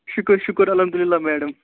شُکُر شُکُر الحمدُ اللہ میڈَم